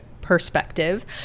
Perspective